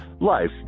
life